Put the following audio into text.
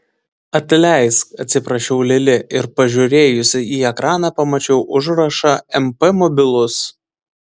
atleisk atsiprašiau lili ir pažiūrėjusi į ekraną pamačiau užrašą mp mobilus